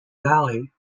valley